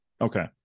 okay